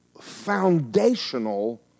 foundational